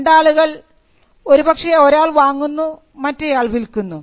രണ്ടാളുകൾ ഒരുപക്ഷേ ഒരാൾ വാങ്ങുന്നു മറ്റേയാൾ വിൽക്കുന്നു